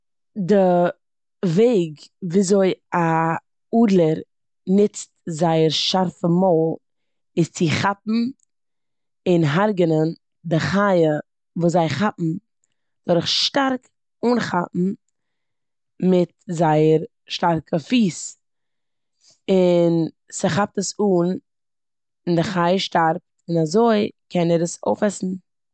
די וועג וויאזוי א אדלער נוצט זיין שארפע מויל איז צו כאפן און הרגענען די חיה וואס זיי כאפן דורך שטארק אנכאפן מיט זייער שטארקע פיס און ס'כאפט עס אן און די חיה שטארבט און אזוי קען ער עס אויפעסן.